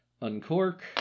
uncork